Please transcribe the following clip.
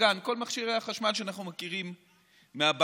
מזגן וכל מכשירי החשמל שאנחנו מכירים מהבית,